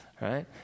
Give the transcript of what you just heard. right